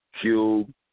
Cube